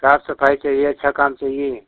साफ सफाई चाहिए अच्छा काम चाहिए